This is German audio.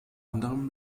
anderem